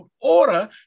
order